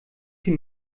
sie